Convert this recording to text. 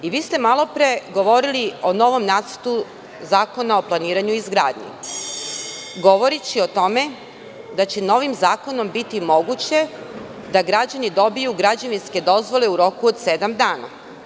Vi ste malo pre govorili o novom nacrtu zakona o planiranju i izgradnji govoreći o tome da će novim zakonom biti moguće da građani dobiju građevinske dozvole u roku od sedam dana.